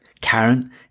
Karen